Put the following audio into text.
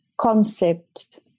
concept